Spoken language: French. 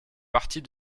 partie